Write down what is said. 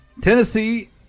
tennessee